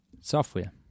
Software